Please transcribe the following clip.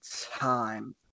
time